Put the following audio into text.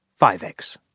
5X